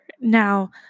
now